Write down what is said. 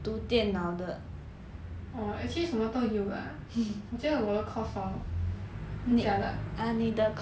orh actually 什么都有 lah 我觉得我的 course hor 很 jialat 的